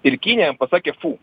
ir kinija pasakė fu